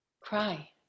cry